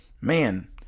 man